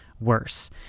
worse